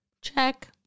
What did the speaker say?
Check